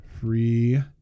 free